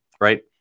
right